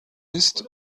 ist